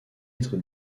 être